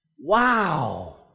Wow